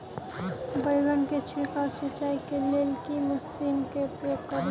बैंगन केँ छिड़काव सिचाई केँ लेल केँ मशीन केँ प्रयोग करू?